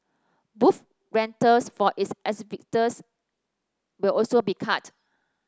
booth rentals for its exhibitors will also be cut